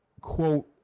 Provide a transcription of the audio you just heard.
quote